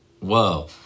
whoa